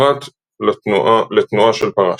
פרט לתנועה של פרש.